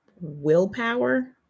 willpower